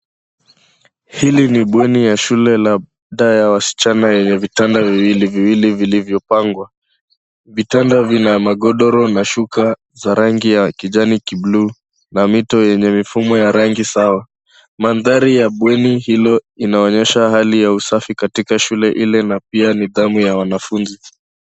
Hili ni bweni ya shule na dhaa ya wasichana yenye vitanda viwili viwili vilivyopangwa. Vitanda vina ya magodoro la shuka za rangi ya kijani kibluu na mito yenye mifumo ya rangi sawa. Mandhari ya bweni hilo inaonyesha hali ya usafi katika shule ile na pia nidhamu ya wanafunzi.